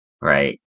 Right